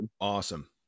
awesome